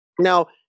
Now